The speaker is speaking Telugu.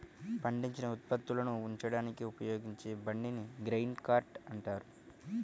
పండించిన ఉత్పత్తులను ఉంచడానికి ఉపయోగించే బండిని గ్రెయిన్ కార్ట్ అంటారు